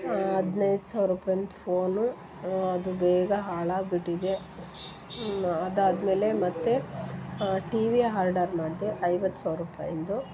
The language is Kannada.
ಹದಿನೈದು ಸಾವಿರ ರೂಪಾಯಿಂದು ಫೋನು ಅದು ಬೇಗ ಹಾಳಾಗಿಬಿಟ್ಟಿದೆ ಅದಾದಮೇಲೆ ಮತ್ತು ಟಿವಿ ಹಾರ್ಡರ್ ಮಾಡಿದೆ ಐವತ್ತು ಸಾವಿರ ರೂಪಾಯಿಂದು